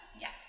Yes